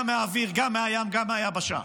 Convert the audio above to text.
גם מהאוויר, גם מהים וגם מהיבשה.